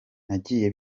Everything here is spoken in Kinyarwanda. nagiye